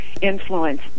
influence